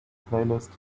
playlist